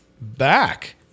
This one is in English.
back